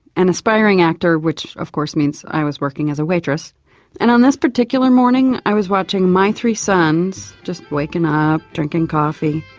an aspiring actor which of course means i was working as a waitress and on this particular morning i was watching my three sons, just waking ah up, drinking coffee,